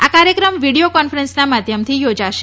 આ કાર્યક્રમ વિડીયો કોન્ફરન્સનાં માધ્યમથી યોજાશે